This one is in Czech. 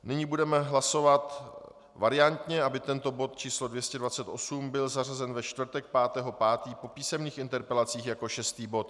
Nyní budeme hlasovat variantně, aby tento bod číslo 228 byl zařazen ve čtvrtek 5. 5. po písemných interpelacích jako šestý bod.